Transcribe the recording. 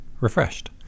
refreshed